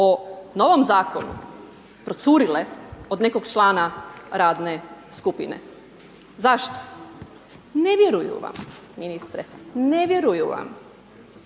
o novom Zakonu procurile od nekog člana radne skupine. Zašto? Ne vjeruju vam ministre, ne vjeruju vam,